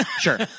Sure